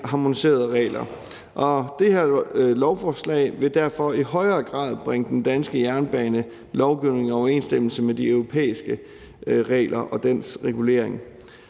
harmoniserede regler, og det her lovforslag vil i højere grad bringe den danske jernbanelovgivning i overensstemmelse med de europæiske regler og den europæiske